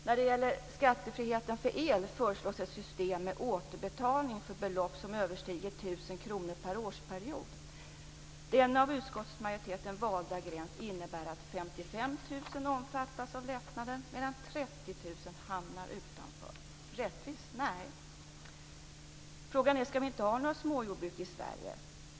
När det gäller skattefriheten för el föreslås ett system med återbetalning av belopp som överstiger 1 000 kr per årsperiod. Denna av utskottsmajoriteten valda gräns innebär att 55 000 omfattas av lättnaden medan 30 000 hamnar utanför. Rättvist? Nej. Frågan är: Ska vi inte ha några småjordbruk i Sverige?